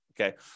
okay